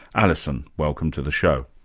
alison, welcome to the show.